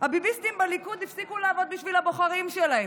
הביביסטים בליכוד הפסיקו לעבוד בשביל הבוחרים שלהם.